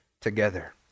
together